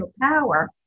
power